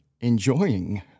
enjoying